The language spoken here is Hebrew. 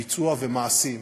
ביצוע ומעשים.